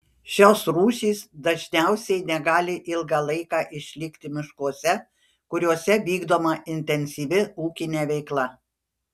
šios rūšys dažniausiai negali ilgą laiką išlikti miškuose kuriuose vykdoma intensyvi ūkinė veikla